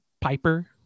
Piper